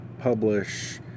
publish